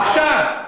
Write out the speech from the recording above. עכשיו,